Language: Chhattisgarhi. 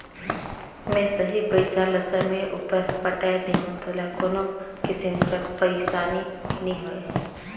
में सही पइसा ल समे उपर पटाए देहूं तोला कोनो किसिम कर पइरसानी नी होए